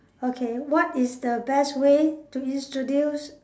okay what is the best way to introduce